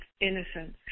innocence